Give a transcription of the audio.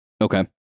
Okay